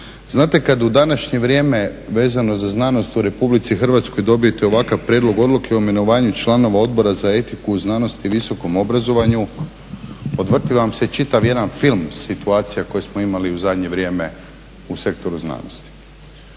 Znate kad u današnje vrijeme vezano za znanost u Republici Hrvatskoj dobijete ovakav prijedlog odluke o imenovanju članova Odbora za etiku, znanost i visokom obrazovanju odvrti vam se čitav jedan film situacija koje smo imali u zadnje vrijeme u sektoru znanosti.